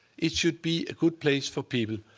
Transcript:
it should be a good place for people.